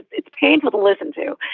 it's painful to listen to.